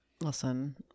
listen